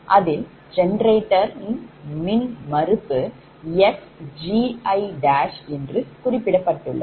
அதில் ஜெனரேட்டர் மின்மறுப்பு xgi என்று குறிப்பிடப்பட்டுள்ளது